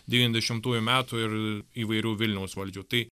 devyniasdešimtųjų metų ir įvairių vilniaus valdžių tai